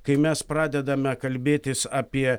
kai mes pradedame kalbėtis apie